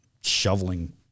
shoveling